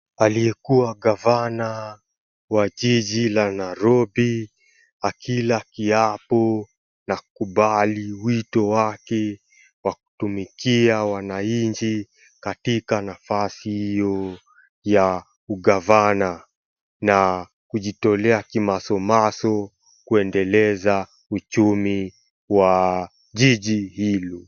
Aliyekuwa gavana wa jiji la Nairobi akila kiapo na kukubali wito wake na kutumikia wananchi katika nafasi hiyo ya ugavana. Na kujitolea kimasomaso kuendeleza uchumi wa jiji hilo.